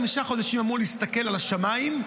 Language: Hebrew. חמישה חודשים אמור להסתכל על השמיים,